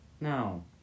no